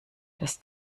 dass